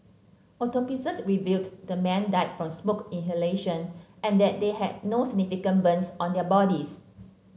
autopsies revealed the men died from smoke inhalation and that they had no significant burns on their bodies